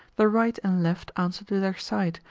the right and left answer to their site,